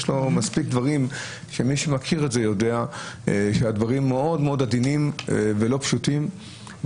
מי שמכיר את זה יודע שהדברים מאוד עדינים ולא פשוטים,